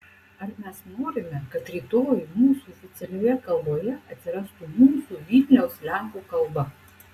ar mes norime kad rytoj mūsų oficialioje kalboje atsirastų mūsų vilniaus lenkų kalba